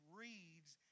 reads